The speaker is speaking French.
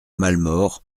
malemort